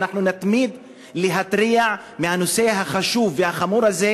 ואנחנו נתמיד להתריע על הנושא החשוב והחמור הזה,